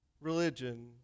religion